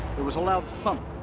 there was a loud thump,